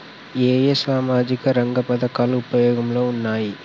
ఏ ఏ సామాజిక రంగ పథకాలు ఉపయోగంలో ఉన్నాయి?